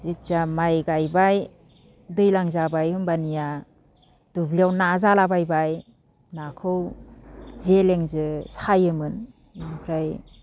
जेथिया माइ गायबाय दैज्लां जाबाय होनबानिया दुब्लियाव ना जालाबायबाय नाखौ जेलेंजो सायोमोन ओमफ्राय